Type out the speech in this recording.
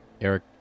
Eric